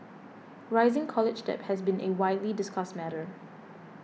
rising college debt has been a widely discussed matter